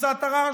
כבשת הרש,